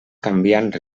canviant